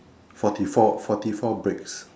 forty four forty four bricks